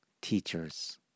teachers